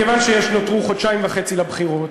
כיוון שנותרו חודשיים וחצי לבחירות